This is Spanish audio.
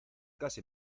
casi